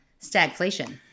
stagflation